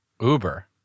Uber